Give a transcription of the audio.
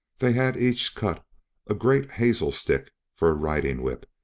they had each cut a great hazel stick for riding whip,